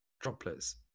Droplets